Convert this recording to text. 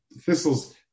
thistles